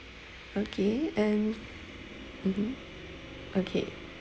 okay and mmhmm okay